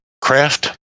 craft